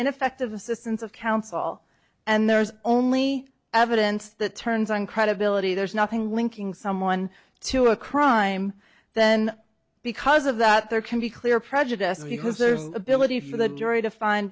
ineffective assistance of counsel and there is only evidence that turns on credibility there's nothing linking someone to a crime then because of that there can be clear prejudice because there's the ability for the jury to find